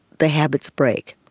the habits break.